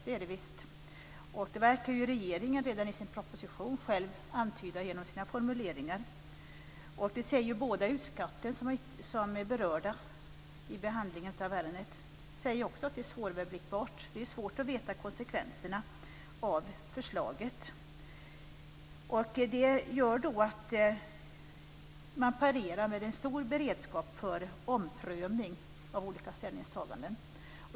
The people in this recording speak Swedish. Det antyder regeringen genom sina formuleringar i propositionen. Det säger också båda de utskott som är berörda av behandlingen av ärendet. Det är svårt att veta vilka konsekvenser förslaget får. Det gör att man parerar med en stor beredskap för omprövning av olika ställningstaganden.